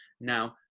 Now